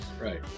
Right